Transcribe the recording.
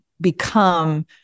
become